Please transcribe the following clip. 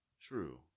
True